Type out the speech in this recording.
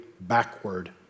backward